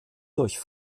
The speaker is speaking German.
durch